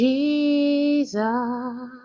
Jesus